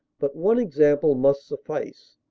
but one example must suffice.